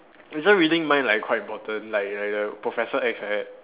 isn't reading mind like quite important like like the professor X like that